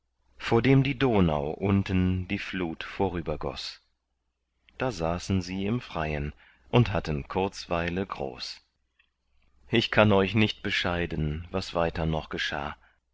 vor dem die donau unten die flut vorübergoß da saßen sie im freien und hatten kurzweile groß ich kann euch nicht bescheiden was weiter noch geschah